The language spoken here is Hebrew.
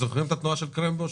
זוכרים את התנועה של קרמבו,